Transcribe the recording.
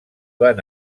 van